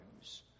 times